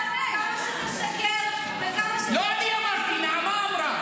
--- משקר --- לא אני אמרתי, נעמה אמרה.